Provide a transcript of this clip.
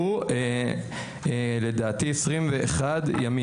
הוא לדעתי 21 ימים.